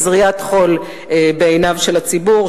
היא זריית חול בעיניו של הציבור,